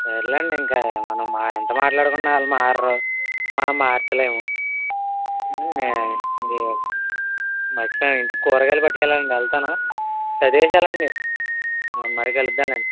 సరేలేండి ఇంకా మనం ఎంత మాట్లాడుకున్నా వాళ్ళు మారరు మనం మార్చలేము మర్చిపోయాను ఇంటికి కూరగాయలు పట్టుకెళ్ళాలండి వెళ్తాను చదివేసి వెళ్ళండి మీరు మళ్ళీ కలుద్దాంలేండి